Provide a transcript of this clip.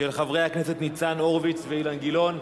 של חברי הכנסת ניצן הורוביץ ואילן גילאון.